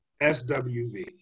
SWV